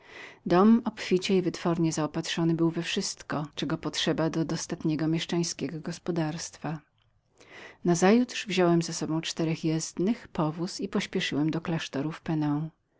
dom obficie i wytwornie zaopatrzonym był we wszystko czego potrzeba do dostatniego mieszczańskiego gospodarstwa nazajutrz wziąłem z sobą czterech jezdnych powóz i pośpieszyłem do klasztoru del peon